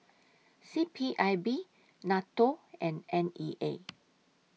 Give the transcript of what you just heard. C P I B NATO and N E A